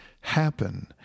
happen